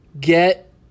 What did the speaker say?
get